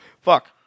Fuck